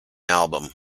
album